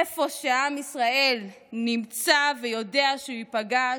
איפה שעם ישראל נמצא ויודע שהוא ייפגע,